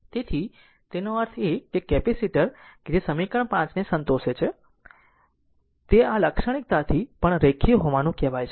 તેથી તેનો અર્થ એ કે કેપેસિટર કે જે સમીકરણ 5 ને સંતોષે છે તે આ લાક્ષણિકતાથી પણ રેખીય હોવાનું કહેવાય છે